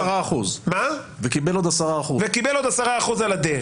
וקיבל עוד 10%. וקיבל עוד 10% על הדרך.